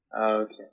Okay